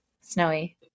snowy